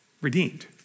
redeemed